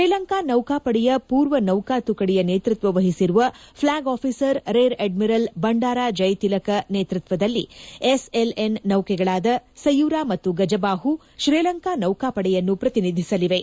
ಶ್ರೀಲಂಕಾ ನೌಕಾಪಡೆಯ ಪೂರ್ವ ನೌಕಾ ತುಕಡಿಯ ನೇತೃತ್ವ ವಹಿಸಿರುವ flag officer rear admiral Bandara Jayatilaka ನೇತೃತ್ವದಲ್ಲಿ ಎಸ್ಎಲ್ಎನ್ ನೌಕೆಗಳಾದ ಸಯುರಾ ಮತ್ತು ಗಜಬಾಹು ಶ್ರೀಲಂಕಾ ನೌಕಾಪಡೆಯನ್ನು ಪ್ರತಿನಿಧಸಲಿವೆ